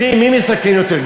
מי מסכן יותר?